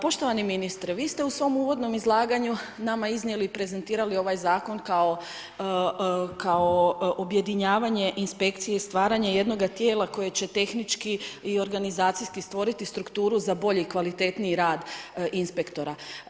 Poštovani ministre, vi ste u svom uvodnom izlaganju nama iznijeli i prezentirali ovaj zakon, kao objedinjavanje inspekcije, stvaranje jednoga tijela koji će tehnički i organizacijski stvoriti strukturu za bolji i kvalitetni rad inspektora.